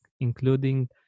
including